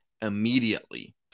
immediately